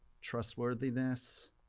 trustworthiness